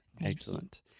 Excellent